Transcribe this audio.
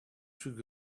should